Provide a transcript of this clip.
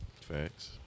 facts